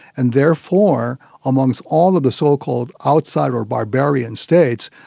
and therefore amongst all of the so-called outsider barbarian states,